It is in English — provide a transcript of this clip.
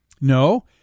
No